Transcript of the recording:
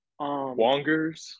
Wongers